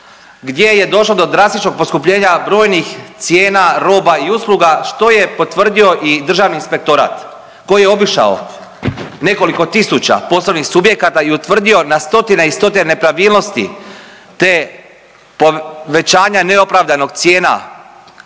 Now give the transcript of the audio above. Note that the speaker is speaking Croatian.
gdje je došlo do drastičnog poskupljenja brojnih cijena roba i usluga, što je potvrdio i Državni inspektorat koji je obišao nekoliko tisuća poslovnih subjekata i utvrdio na stotine i stotine nepravilnosti te povećanja neopravdanog cijena